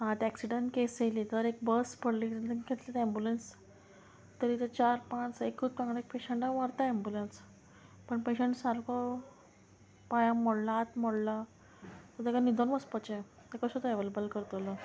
आतां accident case येयली तर एक बस पडली घेतली ते एम्बुलंस तरी ते चार पांच एकूच वांगडा पेशंटाक व्हरता एम्बुलंस पण पेशंट सारको पांयां मोडला हात मोडला तो ताका न्हिदोन वचपाचें तें कशें तो अवेलेबल करतलो